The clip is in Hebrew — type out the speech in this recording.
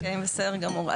אוקיי, בסדר גמור.